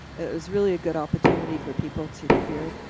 it was really a good opportunity for people to hear.